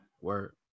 Word